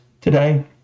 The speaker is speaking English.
today